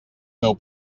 meu